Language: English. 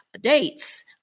dates